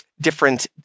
different